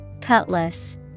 Cutlass